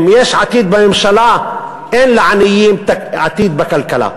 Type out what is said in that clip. עם יש עתיד בממשלה, אין לעניים עתיד בכלכלה.